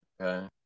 okay